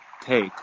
take